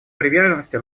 приверженности